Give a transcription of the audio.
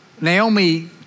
Naomi